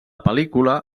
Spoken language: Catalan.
pel·lícula